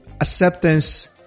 acceptance